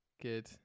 Good